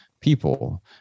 people